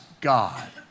God